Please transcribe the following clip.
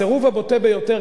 הסירוב הבוטה ביותר,